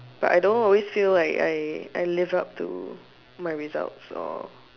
but I don't always feel like I I live up to my results or